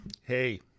Hey